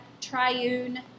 triune